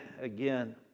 again